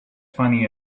funny